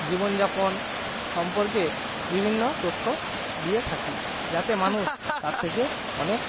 জীবনযাপন সম্পর্কে বিভিন্ন তথ্য দিয়ে থাকি যাতে মানুষ তার থেকে অনেক